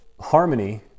harmony